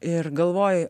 ir galvoji